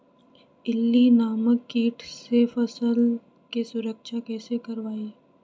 इल्ली नामक किट से फसल के सुरक्षा कैसे करवाईं?